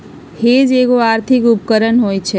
hedge एगो आर्थिक उपकरण होइ छइ